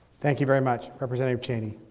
thank you very much. representative cheney.